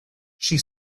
she